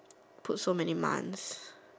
put so many months